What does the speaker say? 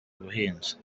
ubuhinzi